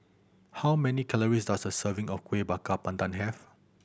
how many calories does a serving of Kueh Bakar Pandan have